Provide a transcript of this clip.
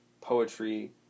poetry